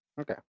Okay